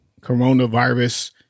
coronavirus